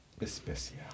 Especial